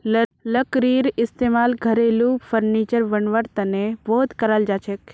लकड़ीर इस्तेमाल घरेलू फर्नीचर बनव्वार तने बहुत कराल जाछेक